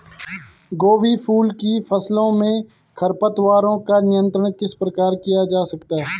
गोभी फूल की फसलों में खरपतवारों का नियंत्रण किस प्रकार किया जा सकता है?